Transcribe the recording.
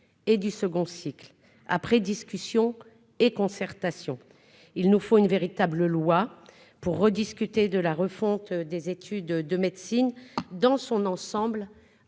et du second cycle après discussion et concertation, il nous faut une véritable loi pour rediscuter de la refonte des études de médecine dans son ensemble,